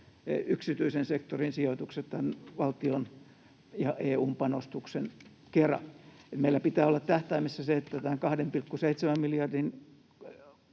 yksityisen sektorin sijoitukset tämän valtion ja EU:n panostuksen kera. Meillä pitää olla tähtäimessä se, että tämän 2,7 miljardin